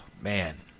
man